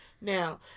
Now